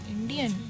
Indian